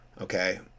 okay